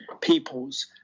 peoples